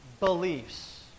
beliefs